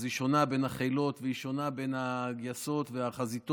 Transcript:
היא שונה בין החילות והיא שונה בין הגיסות והחזיתות,